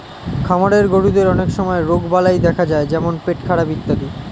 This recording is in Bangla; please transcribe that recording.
খামারের গরুদের অনেক সময় রোগবালাই দেখা যায় যেমন পেটখারাপ ইত্যাদি